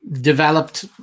developed